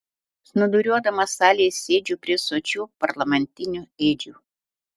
snūduriuodamas salėje sėdžiu prie sočių parlamentinių ėdžių